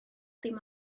dim